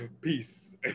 Peace